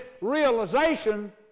realization